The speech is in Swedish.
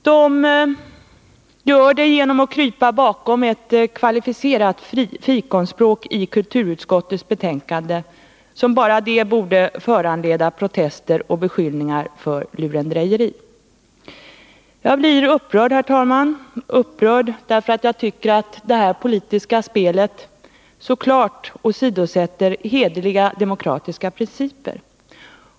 De gör det genom att i kulturutskottets betänkande krypa bakom ett kvalificerat fikonspråk, som bara det borde föranleda protester och beskyllningar för lurendrejeri. Jag blir upprörd, herr talman — upprörd därför att jag tycker att detta politiska spel så klart åsidosätter hederliga demokratiska principer.